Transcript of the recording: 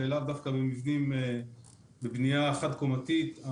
ולאו דווקא במבנים בבנייה חד-קומתית.